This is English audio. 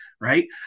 right